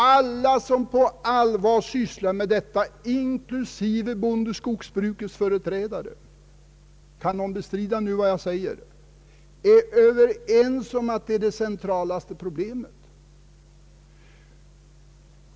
Alla som på allvar sysslar med dessa frågor, inklusive bondeskogsbrukets företrädare — kan någon bestrida vad jag nu säger? — är överens om att detta är det centralaste problemet.